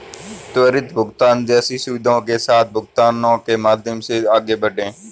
त्वरित भुगतान जैसी सुविधाओं के साथ भुगतानों के माध्यम से आगे बढ़ें